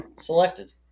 selected